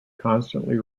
constantly